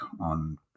on